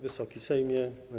Wysokie Sejmie!